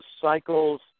cycles